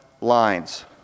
lines